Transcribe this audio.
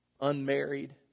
Unmarried